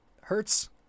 hurts